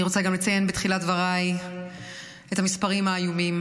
אני רוצה גם לציין בתחילת דבריי את המספרים האיומים